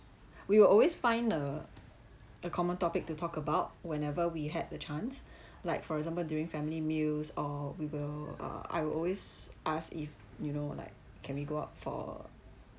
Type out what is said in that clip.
we will always find a a common topic to talk about whenever we had the chance like for example during family meals or we will uh I will always ask if you know like can we go out for